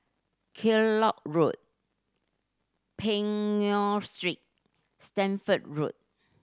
Kellock Road Peng Nguan Street Stamford Road